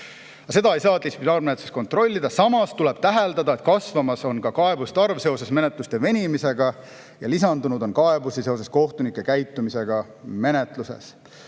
seda ei saa distsiplinaarmenetluses kontrollida. Samas tuleb täheldada, et kasvamas on ka kaebuste arv seoses menetluste venimisega ja lisandunud on kaebusi seoses kohtunike käitumisega menetluses.